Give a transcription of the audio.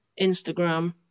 Instagram